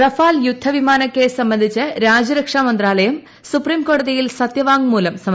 Rafale യുദ്ധ വിമാന case സംബന്ധിച്ച് രാജ്യരക്ഷാ മന്ത്രാലയം സുപ്രീംകോടതിയിൽ സത്യവാങ്മൂലം സമർപ്പിച്ചു